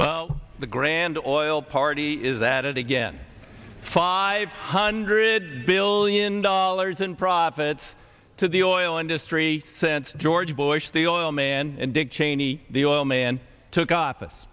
the grand all party is that again five hundred billion dollars in profits to the oil industry sent george bush the oil man and dick cheney the oil man took office